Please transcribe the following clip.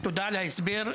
תודה על ההסבר.